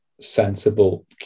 sensible